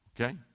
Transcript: Okay